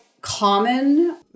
common